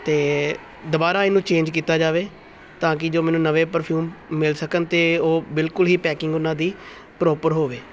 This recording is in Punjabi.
ਅਤੇ ਦੁਬਾਰਾ ਇਹਨੂੰ ਚੇਂਜ ਕੀਤਾ ਜਾਵੇ ਤਾਂ ਕਿ ਜੋ ਮੈਨੂੰ ਨਵੇਂ ਪਰਫਿਊਮ ਮਿਲ ਸਕਣ ਅਤੇ ਉਹ ਬਿਲਕੁਲ ਹੀ ਪੈਕਿੰਗ ਉਹਨਾਂ ਦੀ ਪ੍ਰੋਪਰ ਹੋਵੇ